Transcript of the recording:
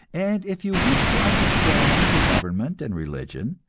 and if you wish to understand the government and religion,